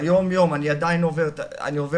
ביום יום אני עדיין עובר את ההתעללות,